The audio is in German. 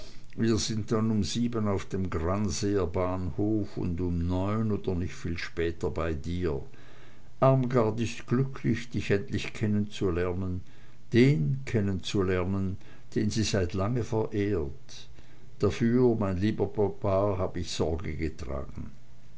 wir sind dann um sieben auf dem granseer bahnhof und um neun oder nicht viel später bei dir armgard ist glücklich dich endlich kennenzulernen den kennenzulernen den sie seit lange verehrt dafür mein lieber papa hab ich sorge getragen